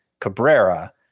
Cabrera